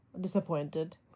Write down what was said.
disappointed